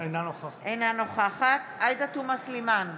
אינה נוכחת עאידה תומא סלימאן,